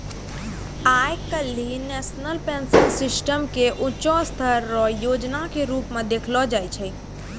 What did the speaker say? आइ काल्हि national pension system के ऊंचों स्तर रो योजना के रूप मे देखलो जाय छै